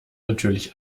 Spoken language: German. natürlich